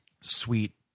sweet